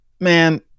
man